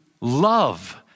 love